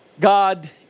God